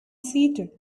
seated